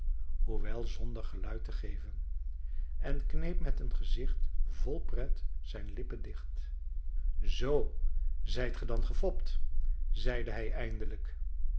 hoewel zonder geluid te geven en kneep met een gezicht vol pret zijn lippen dicht zoo zijt ge dan gefopt zeide hij eindelijk